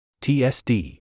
TSD